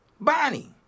Bonnie